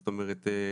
זאת אומרת,